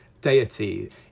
deity